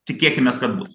tikėkimės kad bus